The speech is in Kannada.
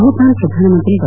ಭೂತಾನ್ ಪ್ರಧಾನಮಂತ್ರಿ ಡಾ